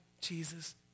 Jesus